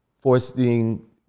Forcing